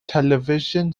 television